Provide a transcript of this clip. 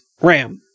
RAM